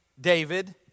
David